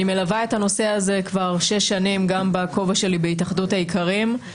אני מלווה את הנושא הזה כבר שש שנים גם בכובע שלי בהתאחדות האיכרים.